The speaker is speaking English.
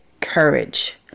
courage